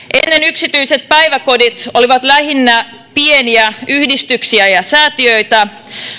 yksityiset päiväkodit olivat lähinnä pieniä yhdistyksiä ja säätiöitä